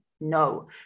no